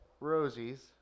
Rosie's